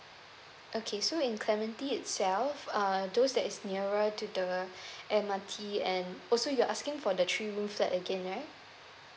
okay so in clementi itself uh those that is nearer to the M_R_T and also you're asking for the three room flat again right